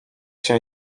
się